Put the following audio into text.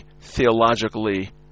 theologically